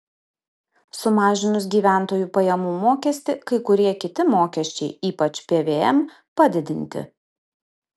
sumažinus gyventojų pajamų mokestį kai kurie kiti mokesčiai ypač pvm padidinti